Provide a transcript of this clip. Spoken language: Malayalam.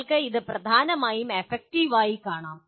നിങ്ങൾക്ക് ഇത് പ്രധാനമായും അഫക്റ്റീവായി കണക്കാക്കാം